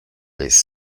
ist